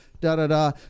da-da-da